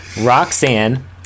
Roxanne